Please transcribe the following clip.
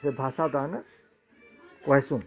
ସେ ଭାଷା ତାହେଲେ କହେସୁନ୍